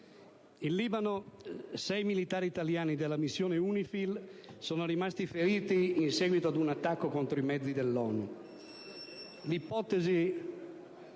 In Libano sei militari italiani della missione UNIFIL sono rimasti feriti in seguito a un attacco contro i mezzi dell'ONU.